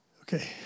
Okay